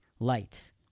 light